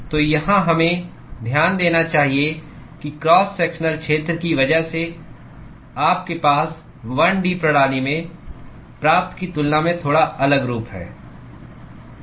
तो यहां हमें ध्यान देना चाहिए कि क्रॉस सेक्शनल क्षेत्र की वजह से आपके पास 1 D प्रणाली में प्राप्त की तुलना में थोड़ा अलग रूप है